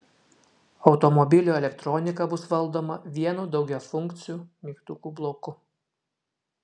automobilio elektronika bus valdoma vienu daugiafunkciu mygtukų bloku